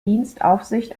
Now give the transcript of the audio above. dienstaufsicht